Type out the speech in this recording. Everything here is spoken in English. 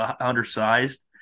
undersized